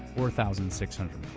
four thousand six hundred